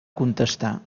contestar